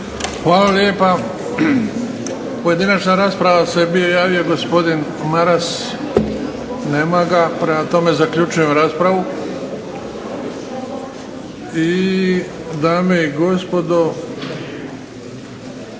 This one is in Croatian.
Hvala lijepa. Pojedinačna rasprava se bio javio gospodin Maras. Nema ga. Prema tome zaključujem raspravu. **Bebić,